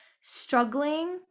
struggling